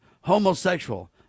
homosexual